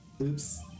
Oops